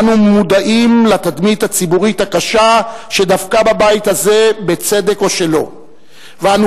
אנו מודעים לתדמית הציבורית הקשה שדבקה בבית הזה בצדק או שלא ואנו